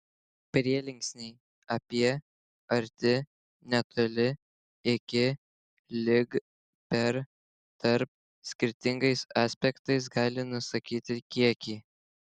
prielinksniai apie arti netoli iki lig per tarp skirtingais aspektais gali nusakyti kiekį